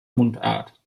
mundart